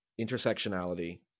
intersectionality